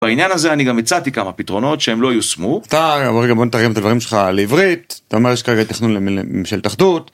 בעניין הזה אני גם הצעתי כמה פתרונות שהם לא יושמו. אתה רגע בוא נתרגם את הדברים שלך לעברית, אתה אומר שכרגע תכנון לממשלת אחדות.